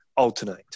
Alternate